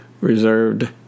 reserved